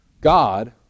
God